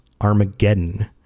Armageddon